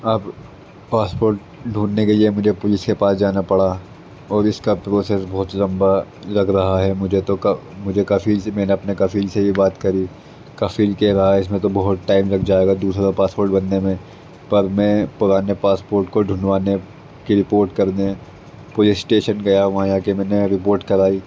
اب پاسپورٹ ڈھونڈھنے کے لیے مجھے پولیس کے پاس جانا پڑا اور اس کا پروسیس بہت لمبا لگ رہا ہے مجھے تو مجھے کفیل سے میں نے اپنے کفیل سے یہ بات کری کفیل کہہ رہا ہے اس میں تو بہت ٹائم لگ جائے گا دوسرا پاسپورٹ بننے میں پر میں پرانے پاسپورٹ کو ڈھونڈوانے کی رپورٹ کرنے پولیس اسٹیشن گیا وہاں جا کے میں نے یہ رپورٹ کرائی